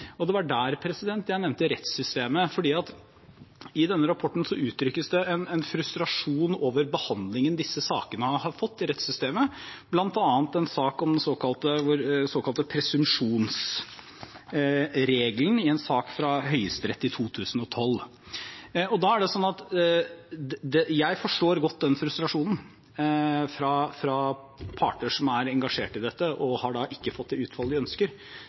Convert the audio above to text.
en frustrasjon over behandlingen disse sakene har fått i rettssystemet, bl.a. i forbindelse med den såkalte presumpsjonsregelen i en sak fra Høyesterett i 2012. Jeg forstår godt den frustrasjonen fra parter som er engasjert i dette, og som ikke har fått det utfallet de ønsker.